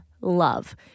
love